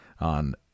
on